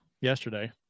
yesterday